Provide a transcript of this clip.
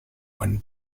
when